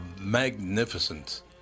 magnificent